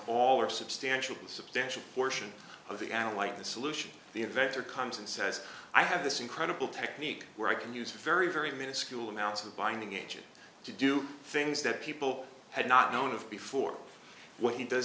all or substantially substantial portion of the alawite the solution the inventor comes and says i have this incredible technique where i can use very very minuscule amounts of binding agent to do things that people had not known of before what he does